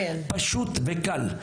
פשוט וקל,